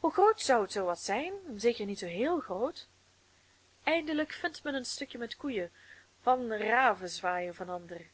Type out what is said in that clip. hoe groot zou het zoo wat zijn zeker niet zoo heel groot eindelijk vindt men een stukje met koeien van ravenzwaay of een ander